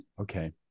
Okay